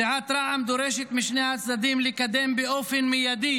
סיעת רע"מ דורשת משני הצדדים לקדם באופן מיידי